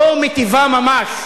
שלא מיטיבה ממש